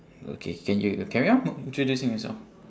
okay can you carry on introducing yourself